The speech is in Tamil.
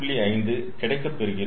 5 கிடைக்கப் பெறுகிறோம்